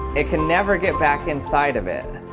it can never get back inside of it